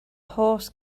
horse